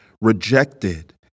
rejected